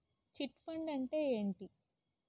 Chit fund అంటే ఏంటి?